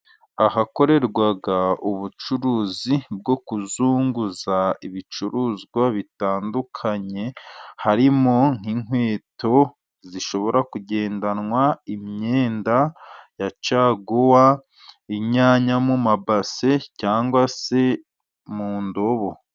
Ahakorerwa ubucuruzi bwo kuzunguza ibicuruzwa bitandukanye, harimo inkweto zishobora kugendanwa, imyenda ya caguwa, inyanya mu ma base cyangwa se mu ndobo.